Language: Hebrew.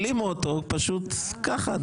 העלימו אותו פשוט ככה,